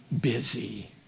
busy